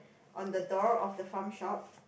on the door of the Farm Shop